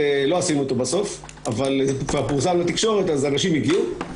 לא עשינו אותו בסוף אבל זה כבר פורסם לתקשורת אז אנשים הגיעו.